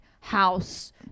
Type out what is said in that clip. house